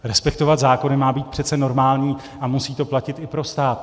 Respektovat zákony má být přece normální a musí to platit i pro stát.